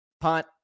punt